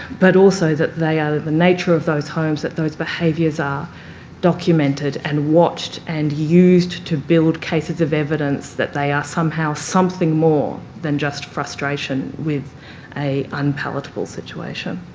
but also that they are the nature of those homes that those behaviours are documented and watched and used to build cases of evidence that they are somehow something more than just frustration with an unpalatable situation.